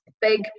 big